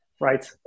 right